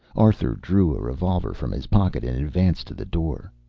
arthur drew a revolver from his pocket and advanced to the door.